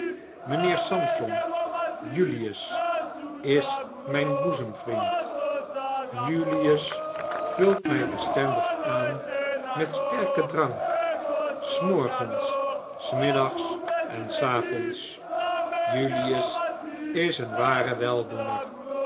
mynheer sampson julius is mijn boezemvriend julius vult my bestendig aan met sterken drank s morgens j s middags en s avonds julius is een ware weldoener